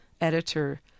editor